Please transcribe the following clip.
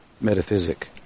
metaphysic